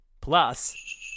Plus